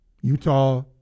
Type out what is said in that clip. Utah